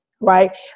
right